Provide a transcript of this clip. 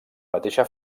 mateixa